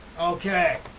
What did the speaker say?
Okay